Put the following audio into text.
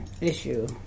issue